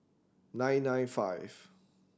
nine nine five